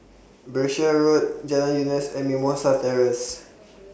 Berkshire Road Jalan Eunos and Mimosa Terrace